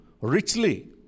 richly